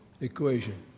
equation